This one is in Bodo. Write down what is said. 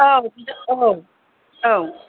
औ औ औ